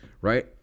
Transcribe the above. right